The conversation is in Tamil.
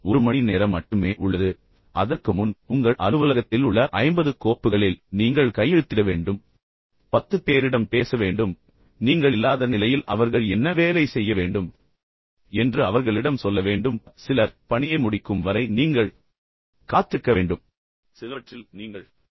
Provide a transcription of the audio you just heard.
உங்களுக்கு ஒரு மணி நேரம் மட்டுமே கிடைத்துள்ளது ஆனால் அதற்கு முன் உங்கள் அலுவலகத்தில் உள்ள 50 கோப்புகளில் நீங்கள் கையெழுத்திட வேண்டும் 10 பேரிடம் பேச வேண்டும் நீங்கள் இல்லாத நிலையில் அவர்கள் என்ன வேலை செய்ய வேண்டும் என்று அவர்களிடம் சொல்ல வேண்டும் மற்றும் பணியைச் செய்த சிலர் உள்ளனர் அவர்கள் பணியை முடிக்கும் வரை நீங்கள் காத்திருக்க வேண்டும் பின்னர் அவற்றில் சிலவற்றில் நீங்கள் கையெழுத்திட வேண்டும்